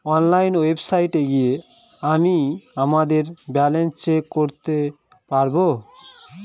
online ওয়েবসাইটে গিয়ে আমিই আমাদের ব্যালান্স চেক করতে পারবো